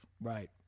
Right